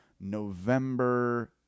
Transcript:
November